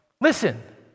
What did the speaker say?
listen